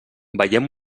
veiem